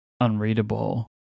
unreadable